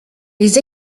les